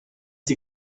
die